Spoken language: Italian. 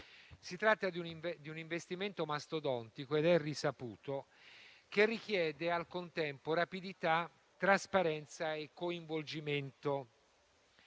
Si tratta di un investimento mastodontico ed è risaputo che richiede al contempo rapidità, trasparenza e coinvolgimento.